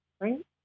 right